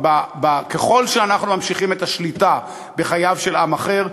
שככל שאנחנו ממשיכים את השליטה בחייו של עם אחר,